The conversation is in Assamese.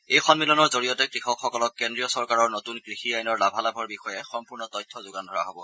এই সম্মিলনৰ জৰিয়তে কৃষকসকলক কেন্দ্ৰীয় চৰকাৰৰ নতুন কৃষি আইনৰ লাভালাভৰ বিষয়ে সম্পূৰ্ণ তথ্য যোগান ধৰা হ'ব